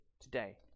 today